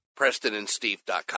PrestonandSteve.com